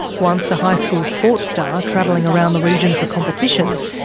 once a high school sports star, travelling around the region for competitions,